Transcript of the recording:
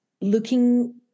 looking